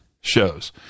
shows